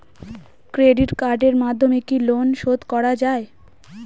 Credit কার্ডের মাধ্যমে কি লোন শোধ করা যায়?